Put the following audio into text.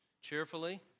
Cheerfully